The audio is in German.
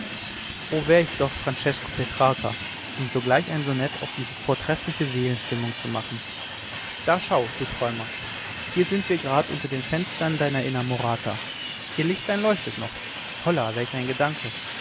o wär ich doch francesco petrarca um sogleich ein sonett auf diese vortreffliche seelenstimmung zu machen da schau du träumer hier sind wir grad unter den fenstern deiner innamorata ihr lichtlein leuchtet noch holla welch ein gedanke